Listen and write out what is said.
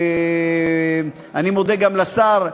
ואני מודה גם לשר,